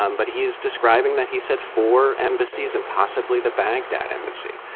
um but he is describing that he said four embassies and possibly the baghdad embassy.